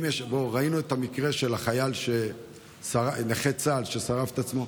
ראינו את המקרה של החייל נכה צה"ל ששרף את עצמו.